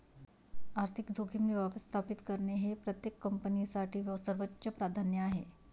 आर्थिक जोखीम व्यवस्थापित करणे हे प्रत्येक कंपनीसाठी सर्वोच्च प्राधान्य आहे